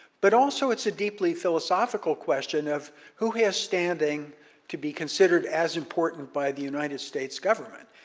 but also, it's a deeply philosophical question of who has standing to be considered as important by the united states government?